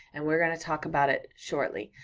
and we're gonna talk about it shortly,